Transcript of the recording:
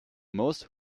most